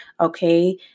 okay